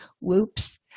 Whoops